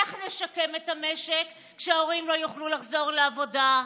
איך נשקם את המשק כשההורים לא יוכלו לחזור לעבודה?